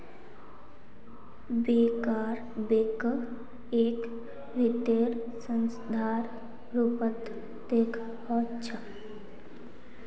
banker बैंकक एक वित्तीय संस्थार रूपत देखअ छ